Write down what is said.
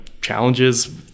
challenges